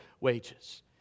wages